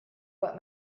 what